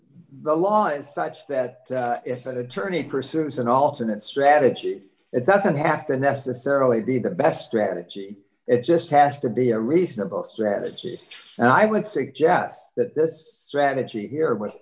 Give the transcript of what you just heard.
the law is such that if that attorney pursues an alternate strategy it doesn't have to necessarily be the best strategy it just has to be a reasonable strategy and i would suggest that this strategy here was